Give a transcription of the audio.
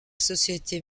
société